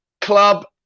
Club